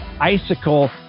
icicle